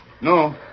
No